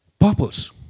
purpose